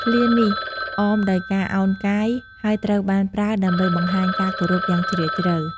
ឃ្លានេះអមដោយការឱនកាយ ហើយត្រូវបានប្រើដើម្បីបង្ហាញការគោរពយ៉ាងជ្រាលជ្រៅ។